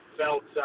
felt